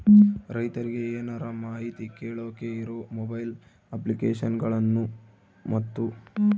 ರೈತರಿಗೆ ಏನರ ಮಾಹಿತಿ ಕೇಳೋಕೆ ಇರೋ ಮೊಬೈಲ್ ಅಪ್ಲಿಕೇಶನ್ ಗಳನ್ನು ಮತ್ತು?